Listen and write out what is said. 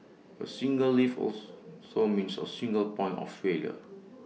A single lift also means A single point of failure